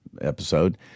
episode